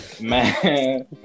Man